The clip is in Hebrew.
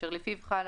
אשר לפיו חלה,